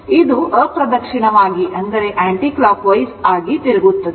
ಇದು ಅಪ್ರದಕ್ಷಿಣವಾಗಿ ತಿರುಗುತ್ತಿದೆ